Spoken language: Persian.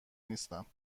نیستم